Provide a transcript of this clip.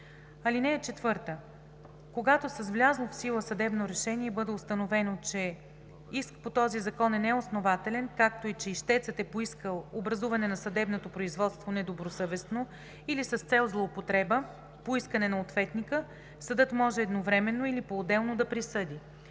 тайна. (4) Когато с влязло в сила съдебно решение бъде установено, че иск по този закон е неоснователен, както и че ищецът е поискал образуване на съдебното производство недобросъвестно или с цел злоупотреба, по искане на ответника съдът може едновременно или поотделно да присъди: